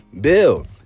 build